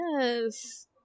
yes